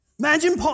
Imagine